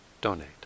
donate